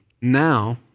Now